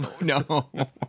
No